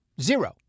Zero